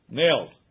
nails